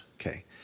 Okay